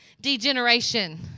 Degeneration